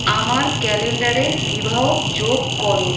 আমার ক্যালেণ্ডারে বিবাহ যোগ করো